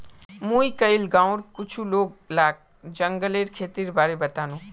मुई कइल गांउर कुछ लोग लाक जंगलेर खेतीर बारे बतानु